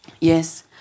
yes